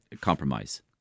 compromise